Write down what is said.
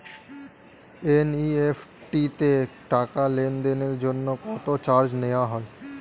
NEFT তে টাকা লেনদেনের জন্য কত চার্জ নেয়া হয়?